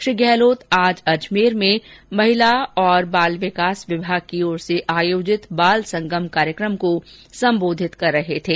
श्री गहलोत आज अजमेर में बाल अधिकारिता विभाग की ओर से आयोजित बाल संगम कार्यक्रम को संबोधित कर रहे थे